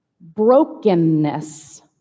brokenness